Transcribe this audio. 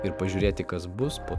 ir pažiūrėti kas bus po